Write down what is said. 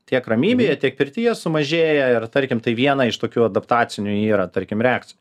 tiek ramybėje tiek pirtyje sumažėja ir tarkim tai viena iš tokių adaptacinių yra tarkim reakcijų